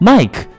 Mike